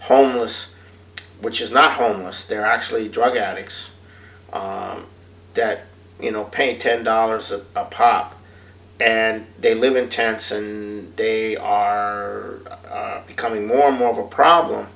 homeless which is not homeless there are actually drug addicts that you know paying ten dollars a pop and they live in tents and they are becoming more and more of a problem